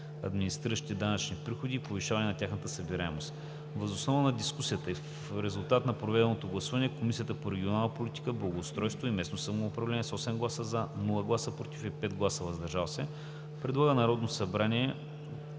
администриращи данъчни приходи и повишаване на тяхната събираемост. Въз основа на дискусията и в резултат на проведеното гласуване Комисията по регионална политика, благоустройство и местно самоуправление с 8 гласа „за“, без „против“ и 5 гласа „въздържали се“, предлага на Народното събрание